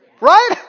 Right